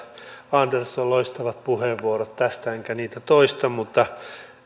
andersson käyttäneet loistavat puheenvuorot tästä enkä niitä toista mutta